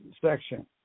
section